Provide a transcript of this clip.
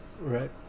Right